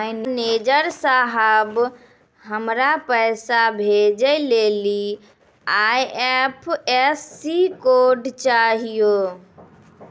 manager साहब, हमरा पैसा भेजै लेली आई.एफ.एस.सी कोड चाहियो